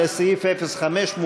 לסעיף 05,